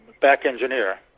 back-engineer